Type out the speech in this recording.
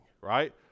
right